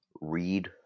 read